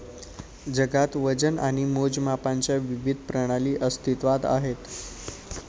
जगात वजन आणि मोजमापांच्या विविध प्रणाली अस्तित्त्वात आहेत